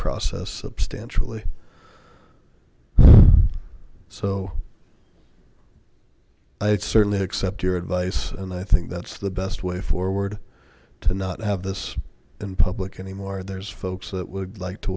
process stance really so it's certainly accept your advice and i think that's the best way forward to not have this in public anymore there's folks that would like to